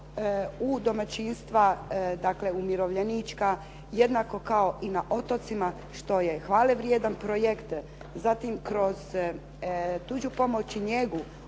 u domaćinstva, dakle umirovljenička jednako kao i na otocima što je hvale vrijedan projekt. Zatim, kroz tuđu pomoć i njegu